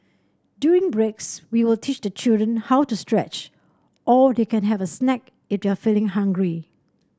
during breaks we will teach the children how to stretch or they can have a snack if they're feeling hungry